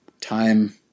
time